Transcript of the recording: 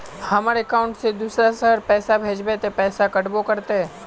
हमर अकाउंट से दूसरा शहर पैसा भेजबे ते पैसा कटबो करते?